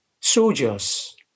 soldiers